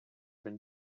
been